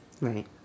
Right